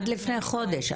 עד לפני חודש.